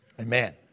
Amen